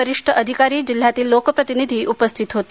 वरिष्ठ अधिकारी जिल्ह्यातील लोकप्रतिनिधी या वेळी उपस्थित होते